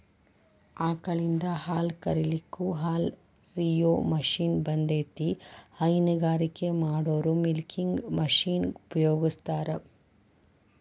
ಆಕಳಿಂದ ಹಾಲ್ ಕರಿಲಿಕ್ಕೂ ಹಾಲ್ಕ ರಿಯೋ ಮಷೇನ್ ಬಂದೇತಿ ಹೈನಗಾರಿಕೆ ಮಾಡೋರು ಮಿಲ್ಕಿಂಗ್ ಮಷೇನ್ ಉಪಯೋಗಸ್ತಾರ